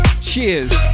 Cheers